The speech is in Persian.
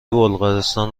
بلغارستان